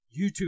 YouTube